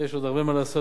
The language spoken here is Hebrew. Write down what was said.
ויש עוד הרבה מה לעשות,